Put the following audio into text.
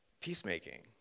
Peacemaking